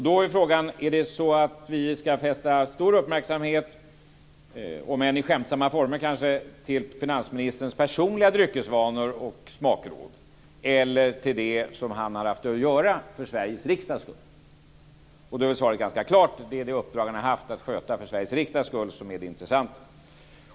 Då är frågan: Ska vi fästa stor uppmärksamhet, om än i skämtsamma former, på finansministerns personliga dryckesvanor och smakråd eller på det han har haft att göra för Sveriges riksdags skull? Då är svaret ganska klart. Det är det uppdrag han har haft att sköta för Sveriges riksdags skull som är det intressanta.